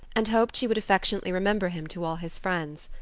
and hoped she would affectionately remember him to all his friends.